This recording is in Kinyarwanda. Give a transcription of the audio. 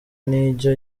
ntijya